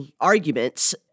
arguments